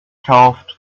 kauft